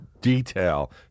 detail